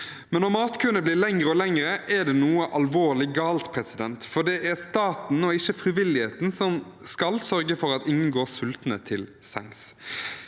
men når matkøene blir lengre og lengre, er det noe alvorlig galt, for det er staten, ikke frivilligheten, som skal sørge for at ingen går sultne til sengs.